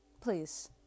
Please